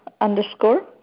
underscore